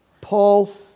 Paul